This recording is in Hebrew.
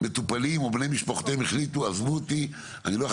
מטופלים או בני משפחותיהם החליטו שהם לא יחכו